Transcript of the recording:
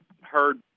heard